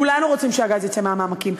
כולנו רוצים שהגז יצא מהמעמקים.